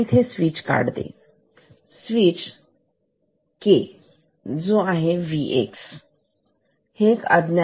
तर इथे मी स्विच काढते स्विच K जो आहे Vx आहे